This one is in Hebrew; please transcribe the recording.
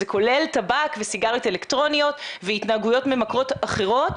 זה כולל טבק וסיגריות אלקטרוניות והתנהגויות ממכרות אחרות.